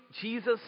Jesus